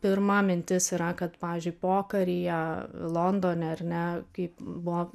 pirma mintis yra kad pavyzdžiui pokaryje londone ar ne kaip buvo